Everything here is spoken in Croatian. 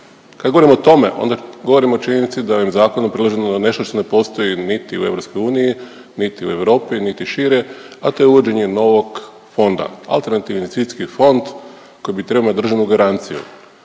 Kad govorim o tome onda govorim o činjenici da je ovim zakonom predloženo nešto što ne postoji niti u EU, niti u Europi, niti šire, a to je uvođenje novog fonda, alternativni investicijski fond koji …/Govornik